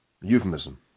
euphemism